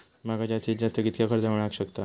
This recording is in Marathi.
माका जास्तीत जास्त कितक्या कर्ज मेलाक शकता?